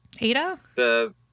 Ada